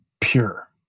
pure